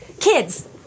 kids